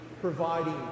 providing